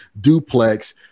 duplex